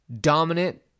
dominant